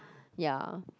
ya